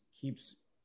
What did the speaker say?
keeps